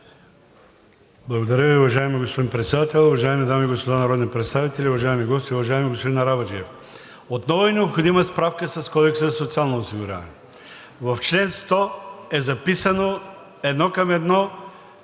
Благодаря Ви, уважаеми господин Председател. Уважаеми дами и господа народни представители, уважаеми гости! Уважаеми господин Арабаджиев, отново е необходима справка с Кодекса за социално осигуряване. В чл. 100 е записано едно към едно